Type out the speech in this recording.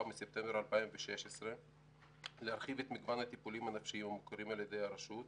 מספטמבר 2016 להרחיב את מגוון הטיפולים הנפשיים המוכרים על ידי הרשות,